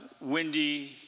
windy